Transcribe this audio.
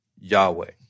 Yahweh